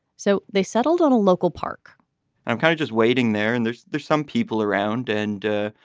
so they settled on a local park i'm kind of just waiting there and there's there's some people around and,